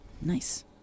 Nice